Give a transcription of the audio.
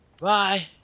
Bye